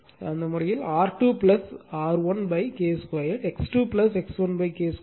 எனவே அந்த வழக்கில் R2 R1 K 2 X2 X1 K 2